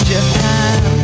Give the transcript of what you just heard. Japan